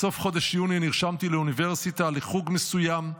בסוף חודש יולי נרשמתי לאוניברסיטה לחוג מסוים.